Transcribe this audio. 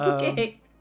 Okay